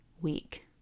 week